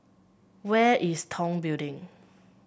where is Tong Building